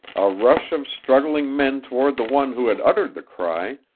a rush of struggling men toward the one who had uttered the cry,